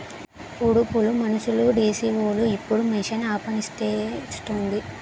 ఉడుపులు మనుసులుడీసీవోలు ఇప్పుడు మిషన్ ఆపనిసేస్తాంది